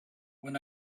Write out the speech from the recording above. when